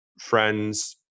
friends